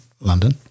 London